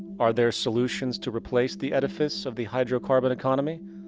are there solutions to replace the edifice of the hydrocarbon economy?